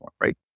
right